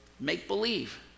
make-believe